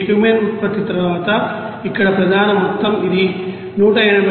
cumene ఉత్పత్తి తరువాత ఇక్కడ ప్రధాన మొత్తం ఇది 180